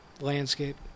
landscape